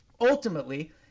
ultimately